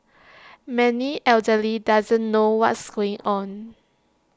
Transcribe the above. many elderly doesn't know what's going on